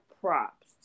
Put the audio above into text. props